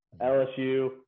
LSU